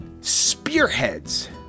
spearheads